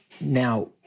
Now